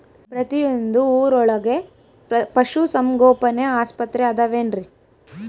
ಪ್ರತಿಯೊಂದು ಊರೊಳಗೆ ಪಶುಸಂಗೋಪನೆ ಆಸ್ಪತ್ರೆ ಅದವೇನ್ರಿ?